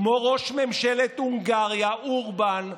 כמו ראש ממשלת הונגריה אורבן,